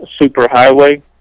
superhighway